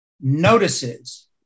notices